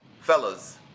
Fellas